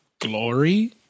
glory